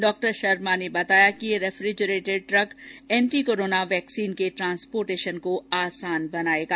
डॉ शर्मा ने बताया कि यह refrigerated truck anti corona vaccine के ट्रांसपोर्टेशन को आसान बनाएगा